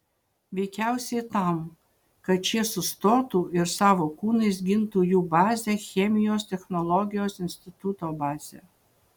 veikiausiai tam kad šie sustotų ir savo kūnais gintų jų bazę chemijos technologijos instituto bazę